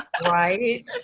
Right